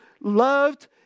loved